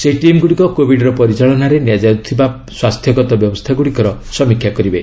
ସେହି ଟିମ୍ଗୁଡ଼ିକ କୋବିଡ୍ର ପରିଚାଳନାରେ ନିଆଯାଇଥିବା ସ୍ୱାସ୍ଥ୍ୟଗତ ବ୍ୟବସ୍ଥାଗୁଡ଼ିକର ସମୀକ୍ଷା କରିବେ